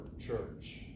church